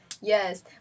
Yes